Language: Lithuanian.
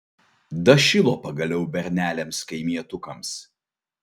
dašilo pagaliau berneliams kaimietukams